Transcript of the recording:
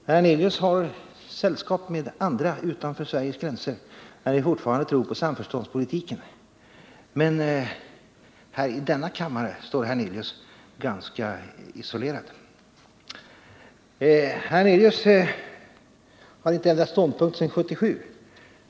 Herr Hernelius har sällskap med andra utanför Sveriges gränser, vilka fortfarande tror på samförståndspolitiken, men här i denna kammare står herr Hernelius ganska isolerad. Herr Hernelius säger att han inte har ändrat ståndpunkt sedan 1977.